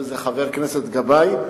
וזה חבר הכנסת לשעבר גבאי,